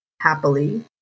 happily